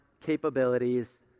capabilities